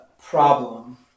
problem